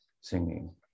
singing